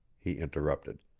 he interrupted.